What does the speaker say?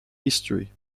history